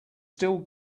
still